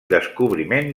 descobriment